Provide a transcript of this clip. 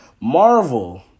Marvel